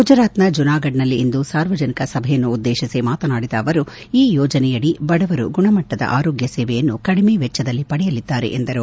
ಗುಜರಾತ್ನ ಜುನಾಗಡ್ನಲ್ಲಿಂದು ಸಾರ್ವಜನಿಕ ಸಭೆಯನ್ನುದ್ದೇಶಿಸಿ ಮಾತನಾಡಿದ ಅವರು ಈ ಯೋಜನೆಯಡಿ ಬಡವರು ಗುಣಮಟ್ಟದ ಆರೋಗ್ನ ಸೇವೆಯನ್ನು ಕಡಿಮೆ ವೆಚ್ವದಲ್ಲಿ ಪಡೆಯಲಿದ್ಗಾರೆ ಎಂದರು